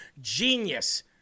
Genius